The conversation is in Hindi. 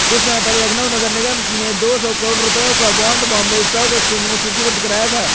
कुछ समय पहले लखनऊ नगर निगम ने दो सौ करोड़ रुपयों का बॉन्ड बॉम्बे स्टॉक एक्सचेंज में सूचीबद्ध कराया था